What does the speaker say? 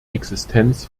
existenz